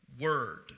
Word